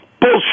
Bullshit